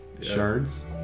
Shards